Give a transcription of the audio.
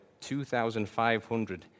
2,500